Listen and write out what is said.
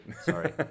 Sorry